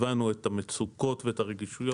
הבנו את המצוקות ואת הרגישויות,